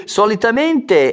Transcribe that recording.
solitamente